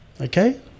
Okay